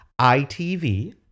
itv